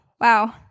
Wow